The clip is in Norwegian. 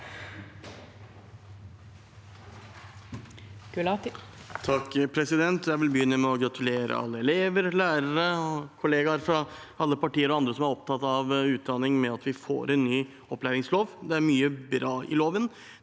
(FrP) Jeg vil starte med å gratulere alle elever, lærere og kollegaer fra alle partier og andre som er opptatt av utdanning, med at vi får ny opplæringslov. Det er mye bra i loven.